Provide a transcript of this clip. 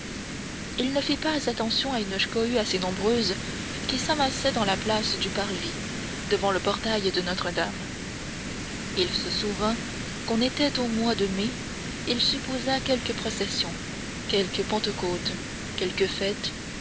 il ne fit pas attention à une cohue assez nombreuse qui s'amassait dans la place du parvis devant le portail de notre-dame il se souvint qu'on était au mois de mai il supposa quelque procession quelque pentecôte quelque fête